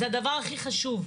זה הדבר הכי חשוב,